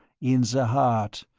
in the heart,